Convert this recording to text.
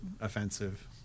offensive